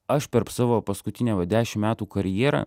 aš per savo paskutinę va dešim metų karjerą